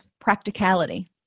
practicality